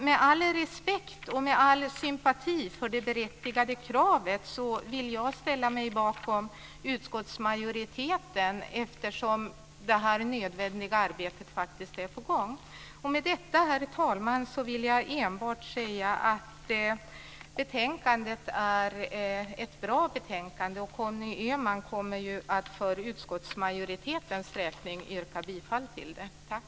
Med all respekt och sympati för det berättigade kravet vill jag ställa mig bakom utskottsmajoriteten, eftersom det här nödvändiga arbetet faktiskt är på gång. Med detta, herr talman, vill jag enbart säga att det är ett bra betänkande. Conny Öhman kommer för utskottsmajoritetens räkning att yrka bifall till hemställan i det.